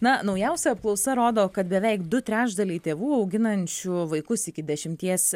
na naujausia apklausa rodo kad beveik du trečdaliai tėvų auginančių vaikus iki dešimties